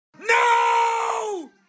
No